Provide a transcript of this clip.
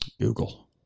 Google